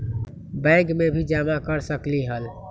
Bank में भी जमा कर सकलीहल?